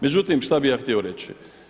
Međutim, šta bi ja htio reći?